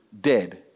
dead